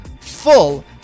full